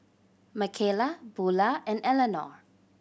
Makayla Bulah and Eleanor